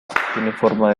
forma